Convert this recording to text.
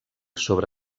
sobre